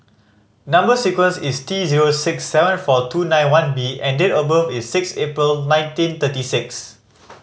number sequence is T zero six seven four two nine one B and date of birth is six April nineteen thirty six